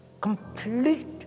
complete